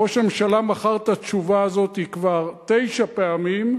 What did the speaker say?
ראש הממשלה מכר את התשובה הזאת כבר תשע פעמים,